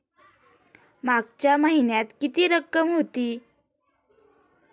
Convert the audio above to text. मागच्या महिन्यात किती रक्कम होती?